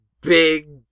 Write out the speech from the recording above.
big